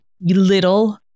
little